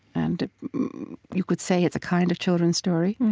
and you could say it's a kind of children's story,